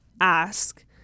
ask